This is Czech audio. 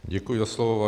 Děkuji za slovo.